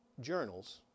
journals